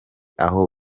aho